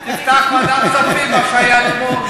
תפתח ועדת כספים, מה שהיה אתמול.